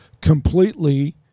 completely